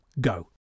Go